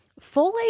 folate